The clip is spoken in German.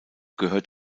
gehört